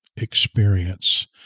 experience